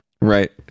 right